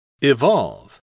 Evolve